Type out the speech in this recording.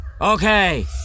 Okay